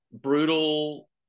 brutal